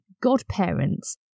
godparents